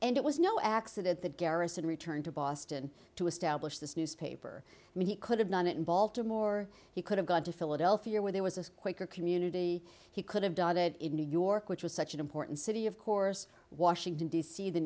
and it was no accident that garrison returned to boston to establish this newspaper i mean he could have done it in baltimore he could have gone to philadelphia where there was a quaker community he could have done it in new york which was such an important city of course washington d c the